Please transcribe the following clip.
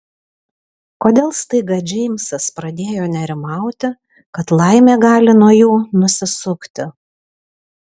kodėl staiga džeimsas pradėjo nerimauti kad laimė gali nuo jų nusisukti